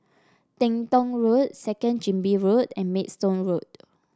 Teng Tong Road Second Chin Bee Road and Maidstone Road